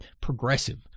progressive